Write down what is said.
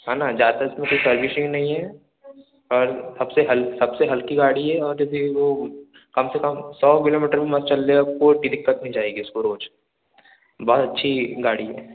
हाँ न ज़्यादातर कोई सर्विसिंग नहीं है और सबसे हल सबसे हल्की गाड़ी है और अभी वो कम से कम सौ किलोमीटर चल लेगा कोई दिक्कत नहीं जाएगी उसको रोज बहुत अच्छी गाड़ी है